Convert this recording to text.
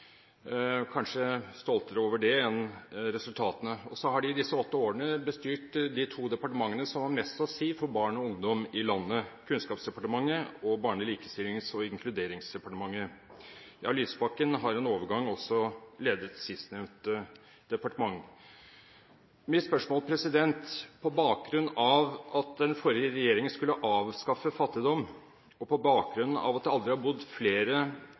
kanskje stoltere over det enn over resultatene. I disse åtte årene har de bestyrt de to departementene som har mest å si for barn og ungdom i landet, Kunnskapsdepartementet og Barne-, likestillings- og inkluderingsdepartementet. Lysbakken har i en overgang også ledet sistnevnte departement. Mitt spørsmål er: På bakgrunn av at den forrige regjeringen skulle avskaffe fattigdom, og på bakgrunn av at det aldri har bodd flere